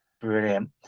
brilliant